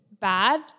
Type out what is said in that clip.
Bad